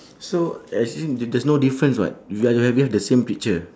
so as in th~ there's no difference [what] we ah we have we have the same picture